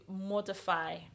modify